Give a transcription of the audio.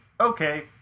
Okay